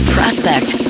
Prospect